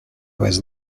was